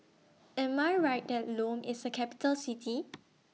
Am I Right that Lome IS A Capital City